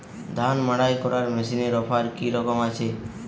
ধান মাড়াই করার মেশিনের অফার কী রকম আছে?